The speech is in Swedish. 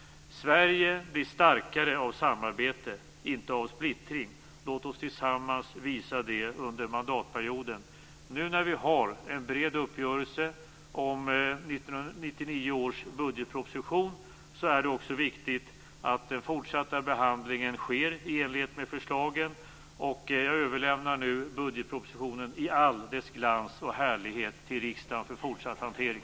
Sverige blir starkare av samarbete, inte av splittring. Låt oss tillsammans visa det under mandatperioden. Nu när vi har en bred uppgörelse om 1999 års budgetproposition är det också viktigt att den fortsatta behandlingen sker i enlighet med förslaget. Jag överlämnar nu budgetpropositionen i all dess glans och härlighet till riksdagen för fortsatt hantering.